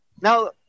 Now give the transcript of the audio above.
now